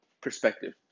perspective